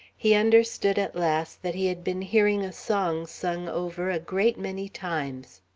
he understood at last that he had been hearing a song sung over a great many times.